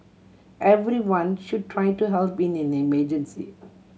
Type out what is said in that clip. everyone should try to help in an emergency